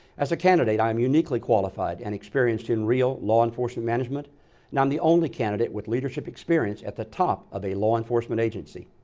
as a candidate, i'm uniquely qualified and experienced in real law enforcement management and i'm the only candidate with leadership experience at the top of a law enforcement agency.